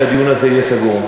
שהדיון הזה יהיה סגור.